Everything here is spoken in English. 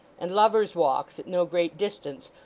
and lovers' walks at no great distance,